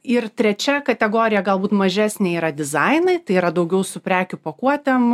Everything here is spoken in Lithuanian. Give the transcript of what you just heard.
ir trečia kategorija galbūt mažesnė yra dizainai tai yra daugiau su prekių pakuotėm